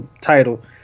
title